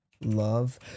Love